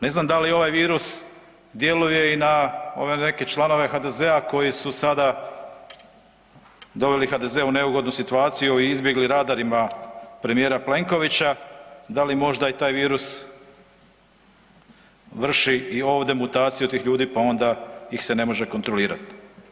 Ne znam da li ovaj virus djeluje i na ove neke članove HDZ-a koji su sada doveli HDZ u neugodnu situaciju i izbjegli radarima premijera Plenkovića, da li možda i taj virus vrši i ovdje mutaciju tih ljudi pa onda ih se ne može kontrolirat?